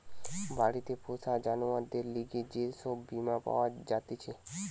বাড়িতে পোষা জানোয়ারদের লিগে যে সব বীমা পাওয়া জাতিছে